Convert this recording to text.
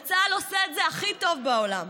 וצה"ל עושה את זה הכי טוב בעולם.